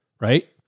right